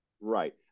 Right